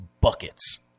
buckets